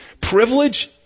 privilege